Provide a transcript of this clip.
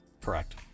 Correct